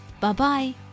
Bye-bye